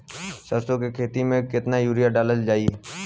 सरसों के खेती में केतना यूरिया डालल जाई?